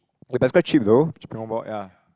eh that's quite cheap though ya